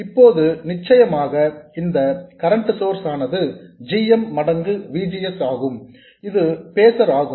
இப்போது நிச்சயமாக இந்த கரண்ட் சோர்ஸ் ஆனது g m மடங்கு V G S ஆகும் இது பேசர் ஆகும்